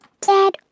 Dad